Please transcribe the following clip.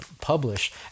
publish